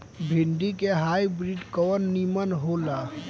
भिन्डी के हाइब्रिड कवन नीमन हो ला?